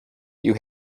you